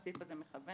הסעיף הזה מכוון